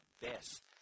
best